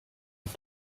auf